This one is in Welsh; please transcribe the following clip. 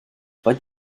faint